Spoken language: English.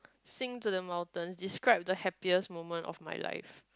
sing to the mountains describe the happiest moment of my life